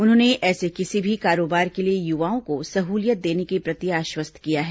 उन्होंने ऐसे किसी भी कारोबार के लिए युवाओं को सहूलियत देने के प्रति आश्वस्त किया है